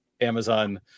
Amazon